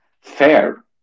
fair